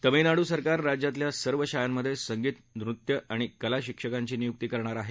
तामिळनाडू सरकार राज्यातल्या सर्व शाळांमध्ये संगीत नृत्य आणि कला शिक्षकांची नियुक्ती करणार आहे